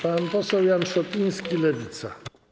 Pan poseł Jan Szopiński, Lewica.